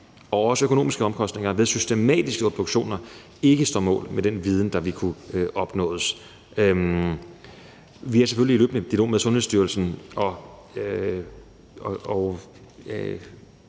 og også økonomiske omkostninger ved systematiske obduktioner ikke står mål med den viden, der vil kunne opnås. Vi er selvfølgelig i løbende dialog med Sundhedsstyrelsen, og